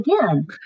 again